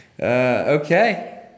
Okay